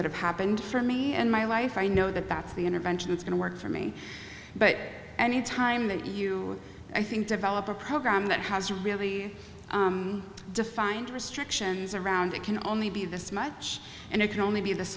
that have happened for me and my life i know that that's the intervention that's going to work for me but any time that you i think develop a program that has really defined restrictions around it can only be this much and it can only be this